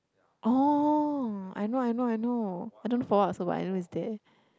orh I know I know I know I don't know for what also but I know is there